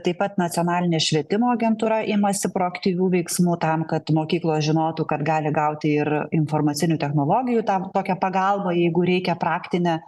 taip pat nacionalinė švietimo agentūra imasi proaktyvių veiksmų tam kad mokyklos žinotų kad gali gauti ir informacinių technologijų ten tokią pagalbą jeigu reikia praktinę